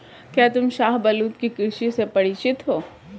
क्या तुम शाहबलूत की कृषि से परिचित हो?